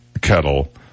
kettle